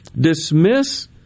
dismiss